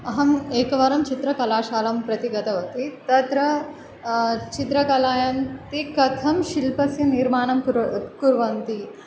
अहम् एकवारं चित्रकलाशालां प्रति गतवती तत्र चित्रकलायां ते कथं शिल्पस्य निर्माणं कुरु कुर्वन्ति